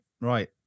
Right